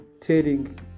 telling